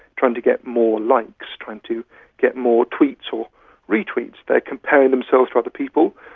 trying to get more likes, trying to get more tweets or re-tweets. they are comparing themselves to other people.